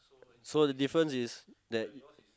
so the difference is that